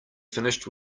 finished